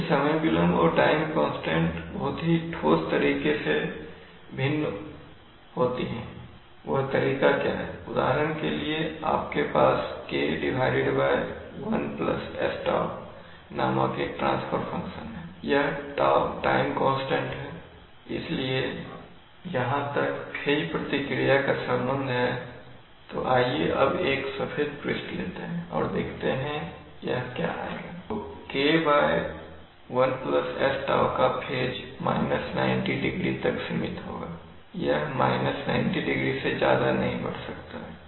लेकिन समय विलंब और टाइम कांस्टेंट बहुत ही ठोस तरीके से भिन्न होती है वह तरीका क्या है उदाहरण के लिए आपके पास K 1 sτ नामक एक ट्रांसफर फ़ंक्शन है यह τ टाइम कांस्टेंट है इसलिए जहां तक फेज प्रतिक्रिया का संबंध है तो आइए अब एक सफेद पृष्ठ लेते हैं और देखते हैं यह क्या आएगा तो K 1 sτ का फेज 90º तक सीमित होगा यह 90º से ज्यादा नहीं बढ़ सकता है